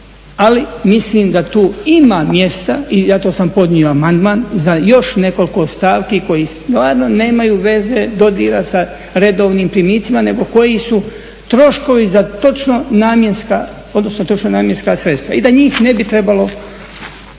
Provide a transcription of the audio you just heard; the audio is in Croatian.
ali mislim da tu ima mjesta i zato sam podnio amandman, za još nekoliko stavki koji stvarno nemaju veze dodira sa redovnim primicima nego koji su troškovi za točno namjenska, odnosno točno namjenska sredstva i da njih ne bi trebalo